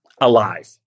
alive